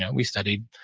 yeah we studied,